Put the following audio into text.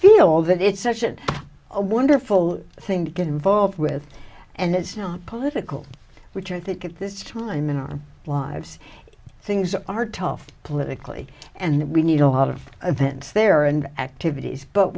feel that it's such an a wonderful thing to get involved with and it's not political which i think at this time in our lives things are tough politically and we need a lot of events there and activities but